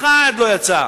אחד לא יצא.